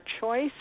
choice